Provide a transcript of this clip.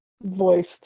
voiced